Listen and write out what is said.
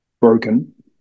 broken